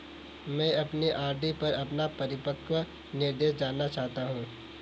मैं अपनी आर.डी पर अपना परिपक्वता निर्देश जानना चाहता हूँ